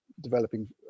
developing